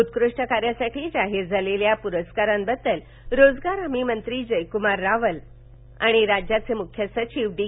उत्कृष्ट कार्यासाठी जाहीर झालेल्या या पुरस्कारांबद्दल रोजगार हमी मंत्री जयक्मार रावल आणि राज्याचे मुख्य सचिव डी